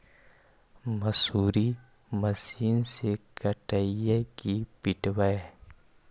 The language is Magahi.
मसुरी मशिन से कटइयै कि पिटबै?